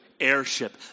Airship